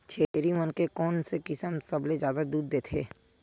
छेरी मन के कोन से किसम सबले जादा दूध देथे?